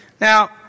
Now